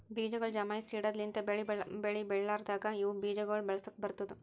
ಬೀಜಗೊಳ್ ಜಮಾಯಿಸಿ ಇಡದ್ ಲಿಂತ್ ಬೆಳಿ ಬೆಳಿಲಾರ್ದಾಗ ಇವು ಬೀಜ ಗೊಳ್ ಬಳಸುಕ್ ಬರ್ತ್ತುದ